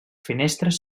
finestres